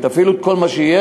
תפעילו את כל מה שיש.